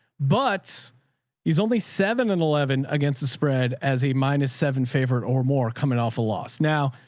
but he's only seven and eleven against the spread as a minus seven favorite or more coming off a loss. now,